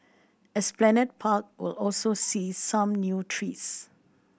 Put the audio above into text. Esplanade Park will also see some new trees